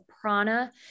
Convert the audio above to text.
prana